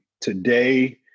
Today